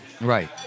Right